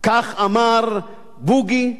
כך אמר בוגי,